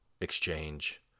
exchange